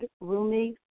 roomy